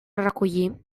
recollir